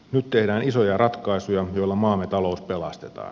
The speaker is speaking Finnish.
nyt tehdään isoja ratkaisuja joilla maamme talous pelastetaan